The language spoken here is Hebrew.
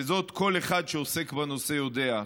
וזאת כל אחד שעוסק בנושא יודע,